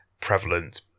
prevalent